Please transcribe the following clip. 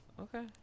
Okay